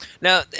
Now